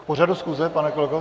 K pořadu schůze, pane kolego?